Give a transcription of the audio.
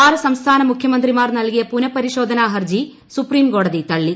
ആറ് സംസ്ഥാന മുഖ്യമന്ത്രിമാർ നൽകിയ പുനഃപരിശോധനാ ഹർജി സുപ്രീം കോടതി തള്ളി